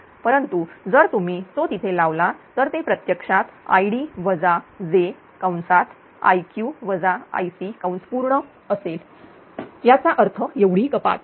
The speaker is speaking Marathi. परंतु जर तुम्ही तो तिथे लावला तर ते प्रत्यक्षातId jअसेल याचा अर्थ एवढी कपात